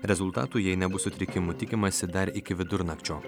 rezultatų jei nebus sutrikimų tikimasi dar iki vidurnakčio